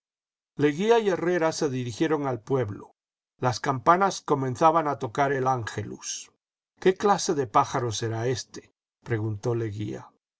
y herrera se dirigieron al pueblo las campanas comenzaban a tocar el ángelus qué clase de pcájaro será éste preguntó leguía